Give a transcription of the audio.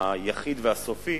היחיד והסופי,